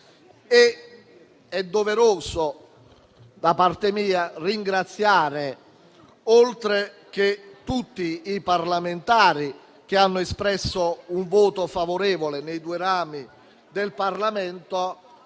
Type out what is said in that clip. È doveroso, da parte mia, ringraziare, oltre che tutti i parlamentari che hanno espresso un voto favorevole nei due rami del Parlamento,